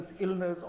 illness